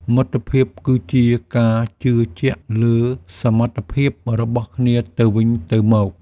មិត្តភាពគឺជាការជឿជាក់លើសមត្ថភាពរបស់គ្នាទៅវិញទៅមក។